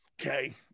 Okay